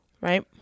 Right